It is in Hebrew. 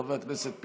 חבר הכנסת פינדרוס,